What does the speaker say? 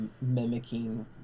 mimicking